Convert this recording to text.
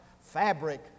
fabric